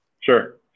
Sure